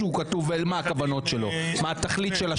למה גינויים?